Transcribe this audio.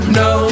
no